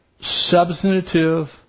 substantive